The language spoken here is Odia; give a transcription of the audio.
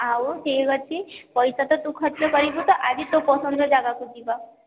ଆଉ ଠିକ୍ ଅଛି ପଇସା ତ ତୁ ଖର୍ଚ୍ଚ କରିବୁ ତ ଆଜି ତୋ ପସନ୍ଦ ର ଜାଗା କୁ ଯିବା